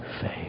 faith